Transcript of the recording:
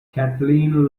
kathleen